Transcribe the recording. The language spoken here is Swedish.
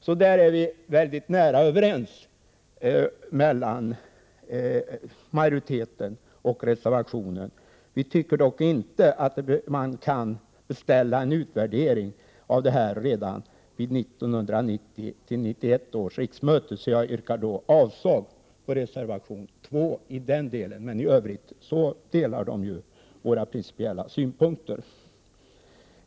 På den punkten är vi så gott som överens, majoriteten och reservanten. Vi tycker dock inte att man kan beställa en utvärdering av verksamheten redan till 1990/91 års riksmöte. Jag yrkar avslag på reservation 2 i den delen. I övrigt delar reservanten majoritetens principiella synpunkter.